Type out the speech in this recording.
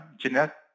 Jeanette